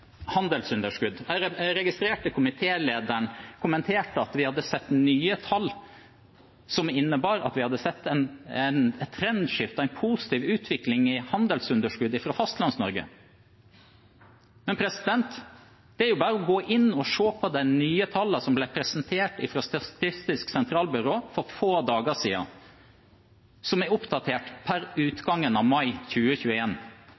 Jeg registrerte at komitélederen kommenterte at vi hadde sett nye tall som innebar at vi hadde fått et trendskifte, en positiv utvikling i handelsunderskuddet fra Fastlands-Norge. Men det er bare å gå inn og se på de nye tallene som ble presentert av Statistisk sentralbyrå for få dager siden, og som er oppdatert per